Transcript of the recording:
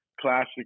classic